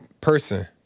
person